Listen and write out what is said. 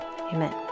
Amen